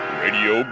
radio